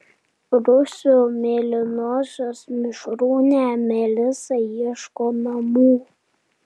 rusų mėlynosios mišrūnė melisa ieško namų